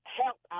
help